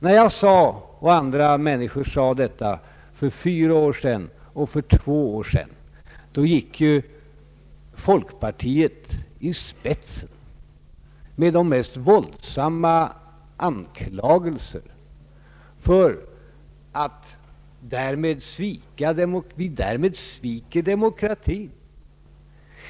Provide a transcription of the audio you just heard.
När jag och andra människor sade detta för fyra år sedan, ja för två år sedan, gick folkpartiet i spetsen med de mest våldsamma anklagelser för att vi därmed svek demokratin.